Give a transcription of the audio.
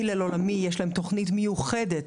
ל"הלל עולמי" יש תוכנית מיוחדת,